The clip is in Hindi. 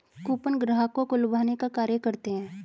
कूपन ग्राहकों को लुभाने का कार्य करते हैं